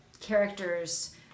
characters